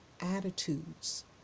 attitudes